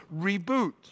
reboot